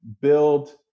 build